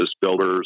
builders